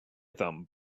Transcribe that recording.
them